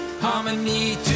harmony